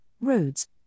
roads